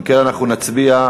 אם כן אנחנו נצביע.